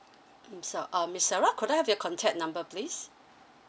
mm sure um miss sarah could I have your contact number please